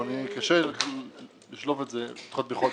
קשה לשלוף את זה, לפחות בחודש.